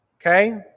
Okay